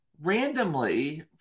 randomly